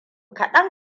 kaɗan